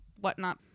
whatnot